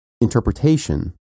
interpretation